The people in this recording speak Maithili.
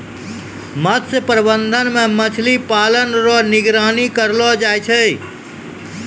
मत्स्य प्रबंधन मे मछली पालन रो निगरानी करलो जाय छै